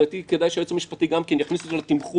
לדעתי כדאי שהיועץ המשפטי גם כן יכניס אותו לתמחור,